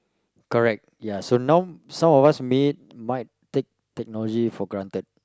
correct ya so now some of us may might take technology for granted